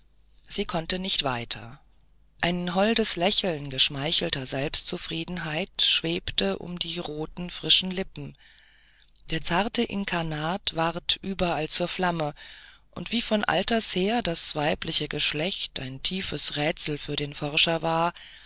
sie konnte nicht weiter ein holdes lächeln geschmeichelter selbstzufriedenheit schwebte um die roten frischen lippen der zarte inkarnat ward überall zur flamme und wie von alters her das weibliche geschlecht ein tiefes rätsel für den forscher war